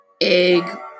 egg